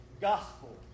gospel